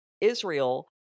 Israel